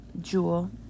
Jewel